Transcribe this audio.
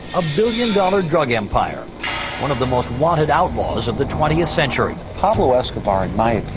a billion-dollar drug empire, one of the most wanted outlaws of the twentieth century pablo escobar, in my